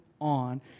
on